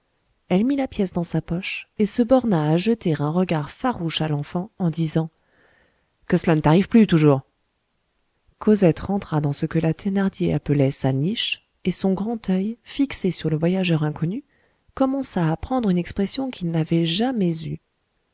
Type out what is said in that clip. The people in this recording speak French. elle mit la pièce dans sa poche et se borna à jeter un regard farouche à l'enfant en disant que cela ne t'arrive plus toujours cosette rentra dans ce que la thénardier appelait sa niche et son grand oeil fixé sur le voyageur inconnu commença à prendre une expression qu'il n'avait jamais eue